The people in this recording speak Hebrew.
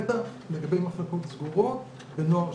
בטח לגבי מחלקות סגורות לנוער,